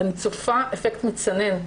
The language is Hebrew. אני צופה אפקט מצנן.